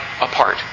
apart